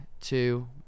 two